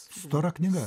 stora knyga